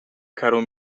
caro